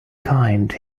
kind